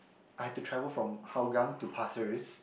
I had to travel from Hougang to pasir-ris